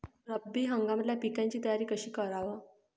रब्बी हंगामातल्या पिकाइची तयारी कशी कराव?